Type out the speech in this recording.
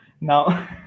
Now